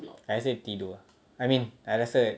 I rasa dia tidur ah I mean I rasa